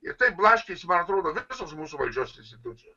ir taip blaškėsi man atrodo visos mūsų valdžios institucijos